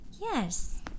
Yes